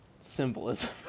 symbolism